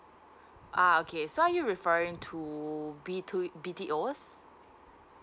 ah okay so are you referring to B to B T O